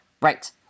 Right